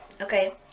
okay